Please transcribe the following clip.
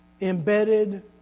embedded